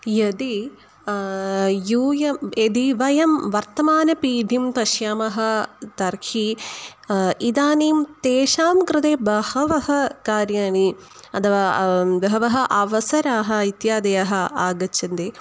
यदि वयं यदि वयं वर्तमानपीडां पश्यामः तर्हि इदानीं तेषां कृते बहूनि कार्याणि अथवा बहवः अवसराः इत्यादयः आगच्छन्ति